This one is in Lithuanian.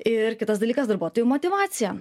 ir kitas dalykas darbuotojų motyvacija